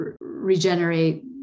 regenerate